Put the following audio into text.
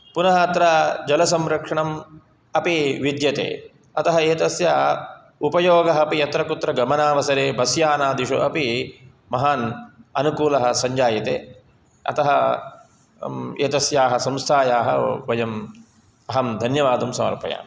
पुनः अत्र जलसंरक्षणम् अपि विद्यते अतः एतस्य उपयोगः अपि यत्र कुत्र गमनावसरे बस्यानादिषु अपि महान् अनुकूलः सञ्जायते अतः एतस्याः संस्थायाः वयम् अहं धन्यवादं समर्पयामि